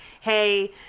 hey